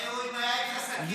הרי אם הוא היה איש עסקים,